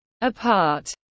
Apart